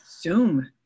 Zoom